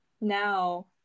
now